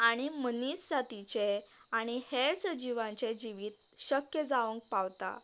आनी मनीस जातीचे आनी हेर सजीवाचे जिवीत शक्य जावंक पावता